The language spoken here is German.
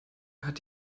hat